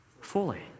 fully